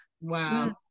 Wow